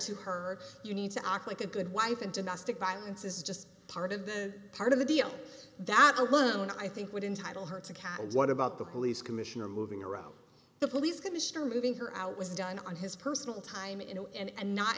her you need to act like a good wife and domestic violence is just part of the part of the deal that alone i think would entitle her to catalyze what about the police commissioner moving around the police commissioner moving her out was done on his personal time and